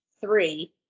three